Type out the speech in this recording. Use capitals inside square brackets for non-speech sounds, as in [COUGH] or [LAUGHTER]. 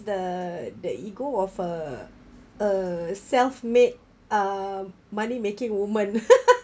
the the ego of a a self made um money making woman [LAUGHS]